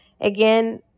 Again